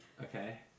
Okay